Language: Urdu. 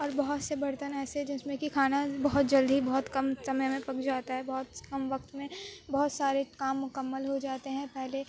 اور بہت سے برتن ایسے جس میں کہ کھانا بہت جلد ہی بہت کم سمے میں پک جاتا ہے بہت کم وقت میں بہت سارے کام مکمل ہو جاتے ہیں پہلے